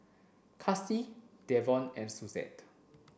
Kasie Devon and Suzette